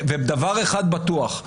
דבר אחד בטוח,